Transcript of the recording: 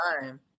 time